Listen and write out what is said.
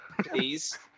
Please